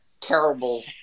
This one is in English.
terrible